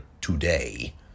today